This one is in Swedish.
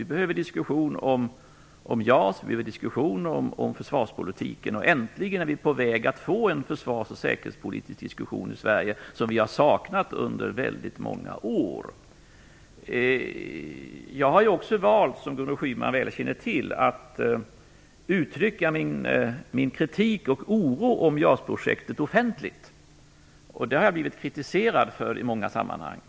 Vi behöver diskussion om JAS och om försvarspolitiken. Vi är äntligen på väg att få en försvars och säkerhetspolitisk diskussion i Sverige. Det har vi saknat under väldigt många år. Som Gudrun Schyman väl känner till har jag också valt att uttrycka min kritik och oro över JAS-projektet offentligt. Det har jag blivit kritiserad för i många sammanhang.